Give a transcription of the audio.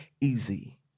easy